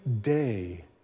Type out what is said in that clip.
day